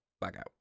blackout